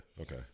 okay